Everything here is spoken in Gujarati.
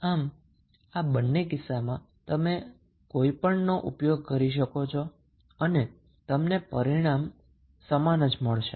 આમ આ બંને કિસ્સામાં તમે તેમાથી કોઈપણ નો ઉપયોગ કરી શકો છો અને તમને પરિણામ સમાન જ મળશે